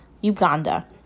Uganda